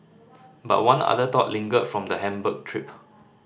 but one other thought lingered from the Hamburg trip